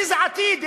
איזה עתיד?